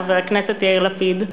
חבר הכנסת יאיר לפיד,